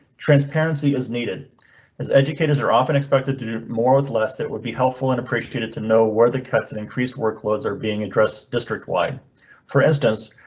transparency is needed as educators are often expected to do more with less. that would be helpful and appreciated to know where the cuts and increased workloads are being addressed. districtwide, for instance,